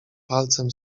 palcem